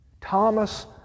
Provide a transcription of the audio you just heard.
Thomas